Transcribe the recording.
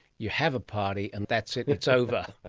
you have a party and that's it, it's over?